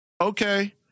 Okay